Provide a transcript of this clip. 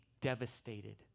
devastated